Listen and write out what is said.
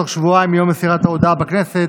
בתוך שבועיים מיום מסירת ההודעה בכנסת